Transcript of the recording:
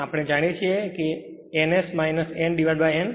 આપણે જાણીએ છીએ કે n S nn